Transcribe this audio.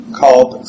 called